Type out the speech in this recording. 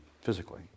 physically